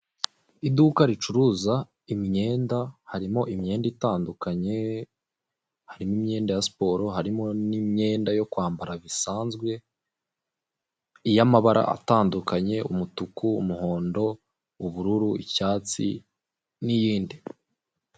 Iduka ricuruza imyenda harimo imyenda itandukanye, harimo imyenda ya siporo, harimo n'imyenda yo kwambara bisanzwe iy'amabara atandukanye umutuku, umuhondo, ubururu, icyatsi n'iyindi...